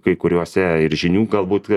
kai kuriuose ir žinių galbūt